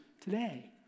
today